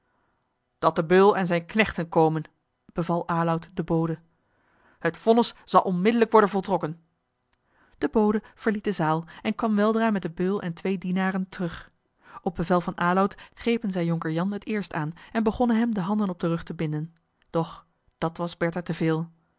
dat de beul en zijne knechten komen beval aloud den bode het vonnis zal onmiddellijk worden voltrokken de bode verliet de zaal en kwam weldra met den beul en twee dienaren terug op bevel van aloud grepen zij jonker jan het eerst aan en begonnen hem de handen op den rug te binden doch dat was bertha